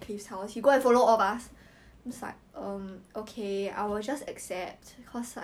she has her own rights to make friends with whoever she wants to what right